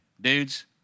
dudes